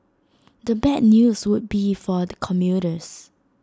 the bad news would be for the commuters